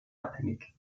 abhängig